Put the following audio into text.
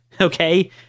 okay